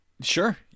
Sure